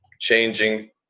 changing